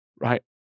right